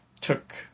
took